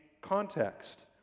context